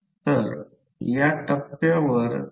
तर ही गोष्ट मिळेल